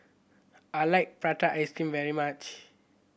I like prata ice cream very much